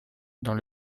dans